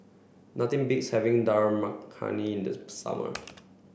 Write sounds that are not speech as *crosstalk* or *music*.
nothing beats having Dal Makhani *unintelligible* in the summer